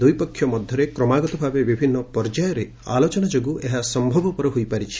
ଦୂଇପକ୍ଷ ମଧ୍ୟରେ କ୍ରମାଗତ ଭାବେ ବିଭିନ୍ନ ପର୍ଯ୍ୟାୟରେ ଆଲୋଚନା ଯୋଗୁଁ ଏହା ସମ୍ଭବପର ହୋଇପାରିଛି